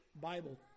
Bible